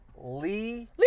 Lee-